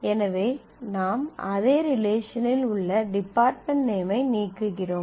எனவே நாம் அதே ரிலேஷனில் உள்ள டிபார்ட்மெண்ட் நேம் ஐ நீக்குகிறோம்